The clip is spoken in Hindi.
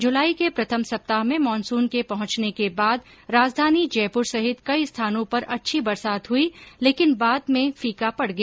जुलाई के प्रथम सप्ताह में मानसून के पहंचने के बाद राजधानी जयपूर सहित कई स्थानों पर अच्छी बरसात हई लेकिन बाद में फीका पड़ गया